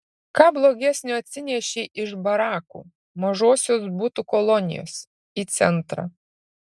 ką blogesnio atsinešei iš barakų mažosios butų kolonijos į centrą